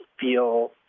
feel